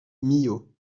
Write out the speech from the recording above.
millau